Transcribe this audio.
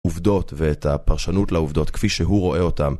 עובדות ואת הפרשנות לעובדות כפי שהוא רואה אותן.